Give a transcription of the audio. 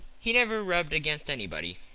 he never rubbed against anybody.